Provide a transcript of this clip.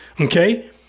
okay